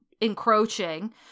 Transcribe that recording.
encroaching